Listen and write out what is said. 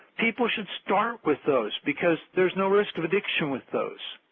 people should start with those because there is no risk of addiction with those.